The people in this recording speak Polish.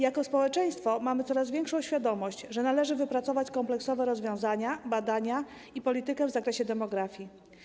Jako społeczeństwo mamy coraz większą świadomość, że należy wypracować kompleksowe rozwiązania, badania i politykę w zakresie demografii.